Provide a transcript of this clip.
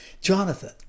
Jonathan